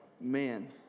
Man